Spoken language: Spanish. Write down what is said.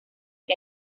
que